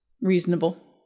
reasonable